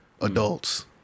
adults